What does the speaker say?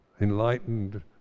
enlightened